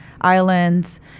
islands